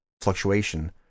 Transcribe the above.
fluctuation